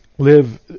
live